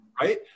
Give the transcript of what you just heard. right